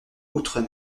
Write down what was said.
outre